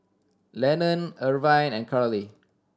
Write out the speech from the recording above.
Lennon Irvin and Carley